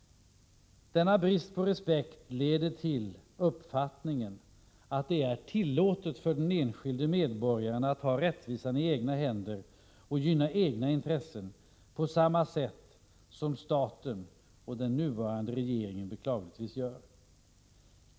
Denna brist på respekt leder till uppfattningen att det är tillåtet för den enskilde medborgaren att ta rättvisan i egna händer och gynna egna intressen, på samma sätt som staten och den nuvarande regeringen beklagligtvis gör.